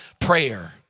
prayer